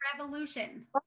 Revolution